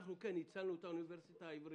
אנחנו הצלנו את האוניברסיטה העברית,